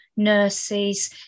nurses